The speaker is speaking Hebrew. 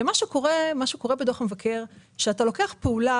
מה שקורה בדוח המבקר זה שאתה לוקח פעולה